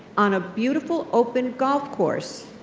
on a beautiful open golf course,